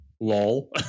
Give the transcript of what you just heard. Lol